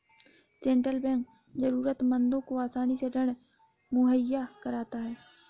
central bank जरूरतमंदों को आसानी से ऋण मुहैय्या कराता है